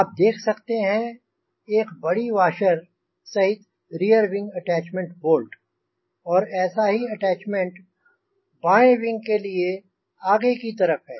आप देख सकते हैं एक बड़ी वॉशर सहित रियर विंग अटैच्मेंट बोल्ट और ऐसा ही अटैच्मेंट बाएँ विंग के लिए आगे की तरफ़ है